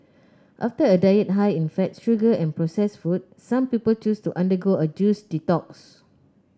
after a diet high in fat sugar and processed food some people choose to undergo a juice detox